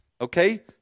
Okay